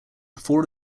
four